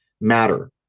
matter